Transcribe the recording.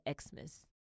Xmas